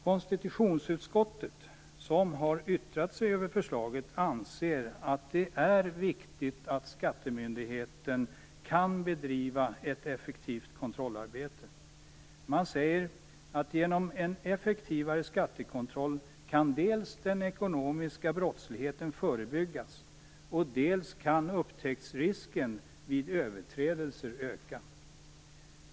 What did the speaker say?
Konstitutionsutskottet, som har yttrat sig över förslaget, anser att det är viktigt att skattemyndigheten kan bedriva ett effektivt kontrollarbete. Man säger att genom en effektivare skattekontroll kan dels den ekonomiska brottsligheten förebyggas, dels upptäcktsrisken vid överträdelser öka.